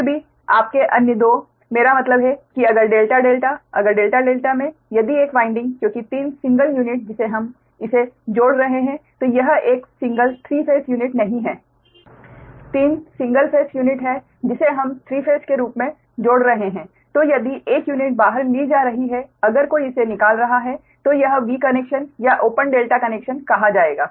फिर भी आपके अन्य 2 मेरा मतलब है कि अगर डेल्टा डेल्टा अगर डेल्टा डेल्टा में यदि एक वाइंडिंग क्योंकि 3 सिंगल यूनिट जिसे हम इसे जोड़ रहे हैं तो यह एक सिंगल 3 फेस यूनिट नहीं है 3 सिंगल फेस यूनिट है जिसे हम 3 फेस के रूप में जोड़ रहे हैं तो यदि एक यूनिट बाहर ली जा रही है अगर कोई इसे निकाल रहा है तो यह V कनेक्शन या ओपन डेल्टा कनेक्शन कहा जाएगा